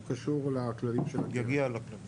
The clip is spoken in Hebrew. הוא קשור לכללים של הגז.